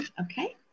Okay